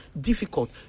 difficult